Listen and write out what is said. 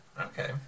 Okay